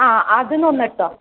ആ അതിൽനിന്ന് ഒന്നെടുത്തോ